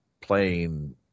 playing